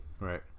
Right